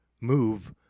move